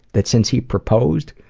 that since he proposed,